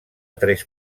tres